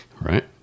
right